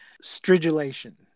Stridulation